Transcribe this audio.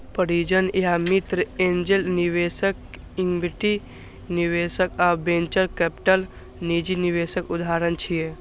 परिजन या मित्र, एंजेल निवेशक, इक्विटी निवेशक आ वेंचर कैपिटल निजी निवेशक उदाहरण छियै